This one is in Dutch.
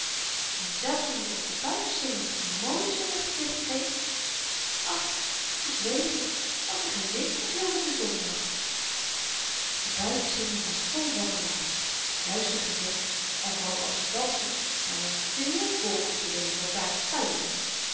en zelfs toen i op den buitensingel z'n molens in t gezicht kreeg ach ze zwegen was er geen wind of hielden ze zondag de buitensingel was vol wandelaars juister gezegd en vooral amsterdamscher er was veel volk op de been dat daar kuierde